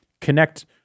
connect